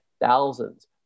thousands